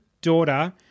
daughter